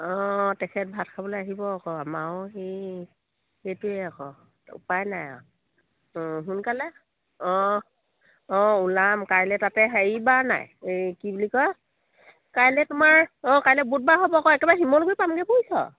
অঁ তেখেত ভাত খাবলৈ আহিব আকৌ আমাৰো সেই সেইটোৱে আকৌ উপায় নাই আ সোনকালে অঁ অঁ ওলাম কাইলৈ তাতে হেৰি বাৰ নাই এই কি বুলি কয় কাইলৈ তোমাৰ অঁ কাইলৈ বুধবাৰ হ'ব আকৌ একেবাৰে শিমলুগুৰি পামগৈ বুজিছ'